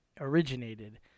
originated